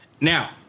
Now